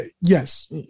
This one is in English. yes